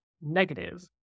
negative